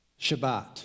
Shabbat